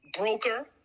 broker